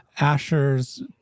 Asher's